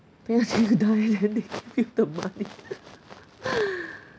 pay until you die then they give you the money